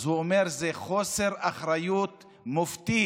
הוא אומר: זה חוסר אחריות מופתי